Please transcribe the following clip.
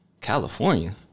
California